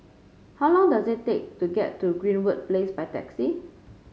how long does it take to get to Greenwood Place by taxi